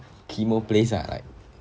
chemo place lah like